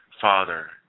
Father